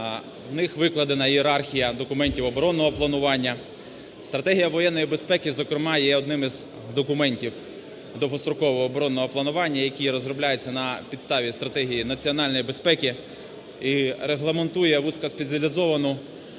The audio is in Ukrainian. В них викладена ієрархія документів оборонного планування. Стратегія воєнної безпеки, зокрема, є одним із документів довгострокового оборонного планування, який розробляється на підставі стратегії національної безпеки і регламентує вузькоспеціалізовану